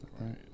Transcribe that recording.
Right